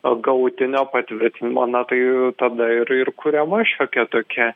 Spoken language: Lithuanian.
a galutinio patvirtinimo na tai tada ir ir kuriama šiokia tokia